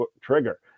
trigger